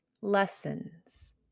Lessons